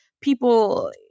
people